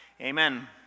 Amen